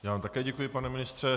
Já vám také děkuji, pane ministře.